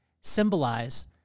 symbolize